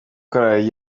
korali